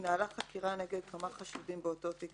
"התנהלה חקירה נגד כמה חשודים באותו תיק